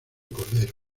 cordero